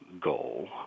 goal